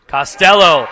Costello